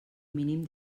mínim